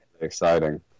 exciting